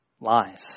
lies